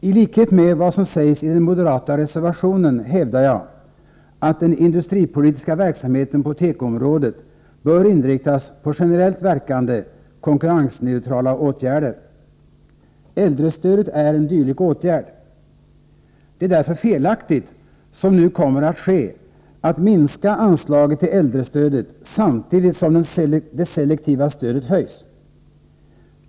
I likhet med vad som sägs i den moderata reservationen hävdar jag att den industripolitiska verksamheten på tekoområdet bör intriktas på generellt verkande, konkurrensneutrala åtgärder. Äldrestödet är en dylik åtgärd. Det är därför felaktigt att, som nu kommer att ske, minska anslaget till äldrestödet samtidigt som det selektiva stödet höjs.